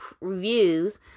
reviews